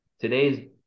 today's